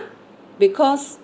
because